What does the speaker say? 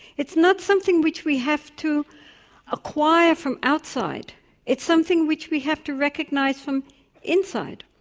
it's not something which we have to acquire from outside it's something which we have to recognise from inside.